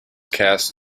cast